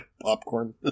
popcorn